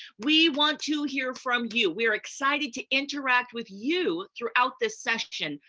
we want to hear from you. we're excited to interact with you throughout this session.